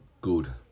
good